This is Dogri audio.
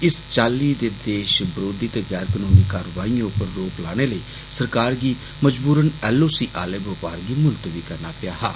इस चाल्ली दी देष बरोधी ते गैर कनूनी कार्यवाईयें उप्पर रोक लाने लेई सरकार गी मजबूरन एल ओ सी आहले बपार गी मुलतबी करना पेआ हा